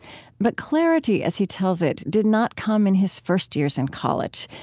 but clarity, as he tells it, did not come in his first years in college,